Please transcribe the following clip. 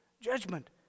judgment